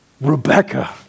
Rebecca